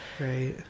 right